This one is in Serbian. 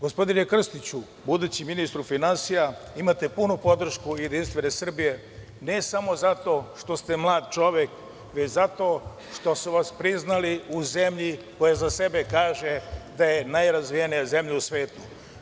Gospodine Krstiću budući ministru finansija imate punu podršku JS ne samo zato što ste mlad čovek već zato što su vas priznali u zemlji koja za sebe kaže da je najrazvijenija zemlja u svetu.